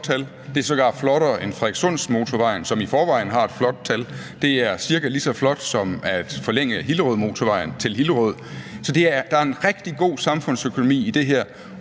Det er sågar flottere end det for Frederikssundsmotorvejen, som i forvejen har et flot tal. Det er cirka lige så flot som en forlængelse af Hillerødmotorvejen til Hillerød. Så der er en rigtig god samfundsøkonomi i det her,